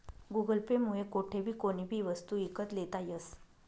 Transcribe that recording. Google pay मुये कोठेबी कोणीबी वस्तू ईकत लेता यस